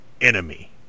enemy